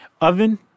Oven